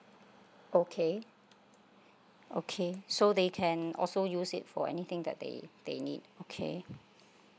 okay okay so they can also use it for anything that they they need okay